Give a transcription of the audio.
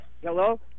Hello